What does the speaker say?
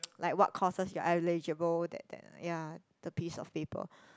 like what courses you are eligible that that ya the piece of paper